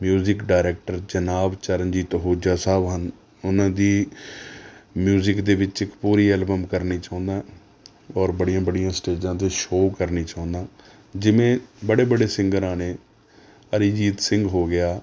music director ਜਨਾਬ ਚਰਨਜੀਤ ਅਹੁਜਾ ਸਾਹਿਬ ਹਨ ਉਹਨਾਂ ਦੀ ਮਿਊਜ਼ੀਕ ਦੇ ਵਿੱਚ ਇੱਕ ਪੂਰੀ ਐਲਬਮ ਕਰਨੀ ਚਾਹੁੰਦਾਂ ਔਰ ਬੜੀਆਂ ਬੜੀਆਂ ਸਟੇਜਾਂ 'ਤੇ ਸ਼ੋਅ ਕਰਨੇ ਚਾਹੁੰਦਾਂ ਜਿਵੇਂ ਬੜੇ ਬੜੇ ਸਿੰਗਰਾਂ ਨੇ ਅਰੀਜੀਤ ਸਿੰਘ ਹੋ ਗਿਆ